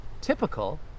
typical